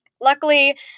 luckily